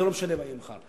זה לא משנה מה יהיה מחר.